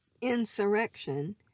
insurrection